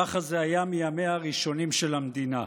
ככה זה היה מימיה הראשונים של המדינה,